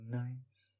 nice